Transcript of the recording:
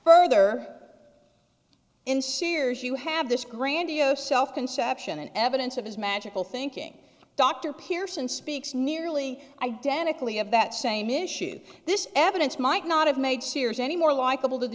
further in sheers you have this grandiose self conception and evidence of his magical thinking dr pearson speaks nearly identical you have that same issue this evidence might not have made sheers any more likable to the